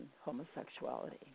homosexuality